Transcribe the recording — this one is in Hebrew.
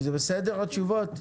זה בסדר, התשובות?